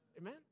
Amen